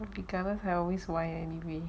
because I always whine anyway